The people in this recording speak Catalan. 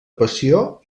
passió